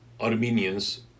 Armenians